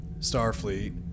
Starfleet